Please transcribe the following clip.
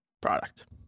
product